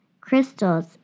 crystals